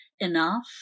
enough